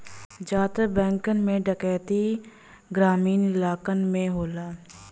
जादातर बैंक में डैकैती ग्रामीन इलाकन में होला